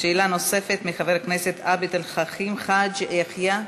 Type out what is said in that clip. שאלה נוספת לחבר הכנסת עבד אל חכים חאג' יחיא.